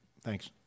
Thanks